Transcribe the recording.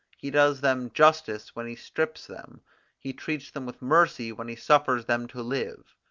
he does them justice when he strips them he treats them with mercy when he suffers them to live.